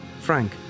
Frank